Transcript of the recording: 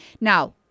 Now